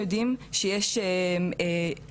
יש גם פסק דין של העליון על זה.